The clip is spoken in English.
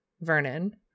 vernon